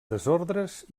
desordres